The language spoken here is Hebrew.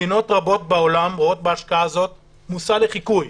מדינות רבות בעולם רואות בהשקעה הזאת מושא לחיקוי.